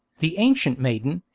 the ancient maiden,